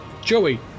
Joey